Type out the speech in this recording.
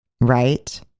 Right